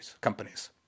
companies